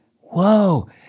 whoa